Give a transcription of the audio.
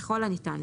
ככל הניתן,